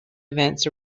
events